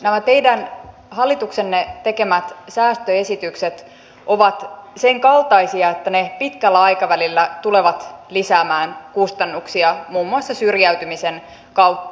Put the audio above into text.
nämä teidän hallituksenne tekemät säästöesitykset ovat sen kaltaisia että ne pitkällä aikavälillä tulevat lisäämään kustannuksia muun muassa syrjäytymisen kautta